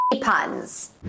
puns